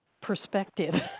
perspective